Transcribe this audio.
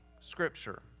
scripture